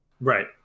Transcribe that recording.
Right